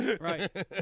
Right